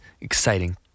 exciting